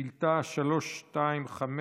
לשאילתה מס' 325,